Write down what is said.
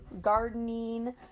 gardening